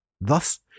Thus